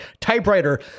Typewriter